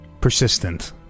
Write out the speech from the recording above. persistent